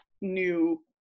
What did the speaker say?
new